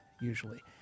usually